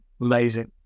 Amazing